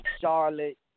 Charlotte